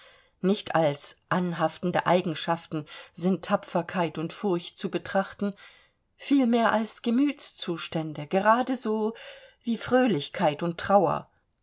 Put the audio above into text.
nicht als anhaftende eigenschaften sind tapferkeit und furcht zu betrachten vielmehr als gemütszustände gerade so wie fröhlichkeit und trauer